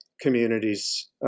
communities